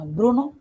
Bruno